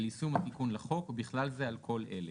יישום התיקון לחוק ובכלל זה על כל אלה."